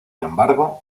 embargo